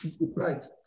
Right